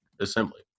assembly